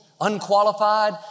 unqualified